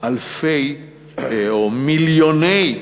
אלפי או מיליוני